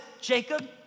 Jacob